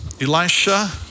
Elisha